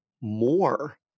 more